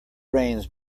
rains